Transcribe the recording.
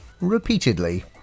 Repeatedly